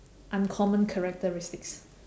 uncommon characteristics